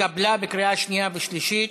התקבלה בקריאה שנייה ושלישית.